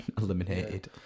eliminated